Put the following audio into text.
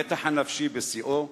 המתח הנפשי בשיאו,